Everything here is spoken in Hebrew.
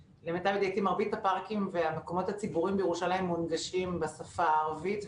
הפארקים והמקומות הציבוריים בירושלים מונגשים בשפה הערבית,